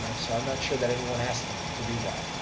so i'm not sure that anyone asked them to do that.